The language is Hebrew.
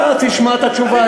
תשמע את התשובה,